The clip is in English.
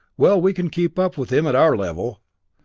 well, we can keep up with him, at our level.